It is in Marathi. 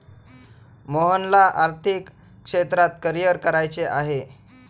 मोहनला आर्थिक क्षेत्रात करिअर करायचे आहे